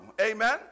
Amen